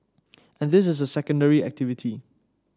and this is a secondary activity